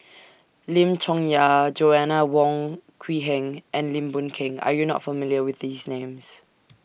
Lim Chong Yah Joanna Wong Quee Heng and Lim Boon Keng Are YOU not familiar with These Names